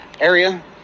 Area